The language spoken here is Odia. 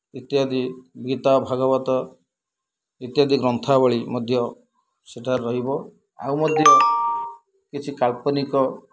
ଇତ୍ୟାଦି ଗୀତା ଭାଗବତ ଇତ୍ୟାଦି ଗ୍ରନ୍ଥାବଳୀ ମଧ୍ୟ ସେଠାରେ ରହିବ ଆଉ ମଧ୍ୟ କିଛି କାଳ୍ପନିକ